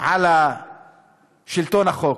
על שלטון החוק.